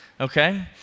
Okay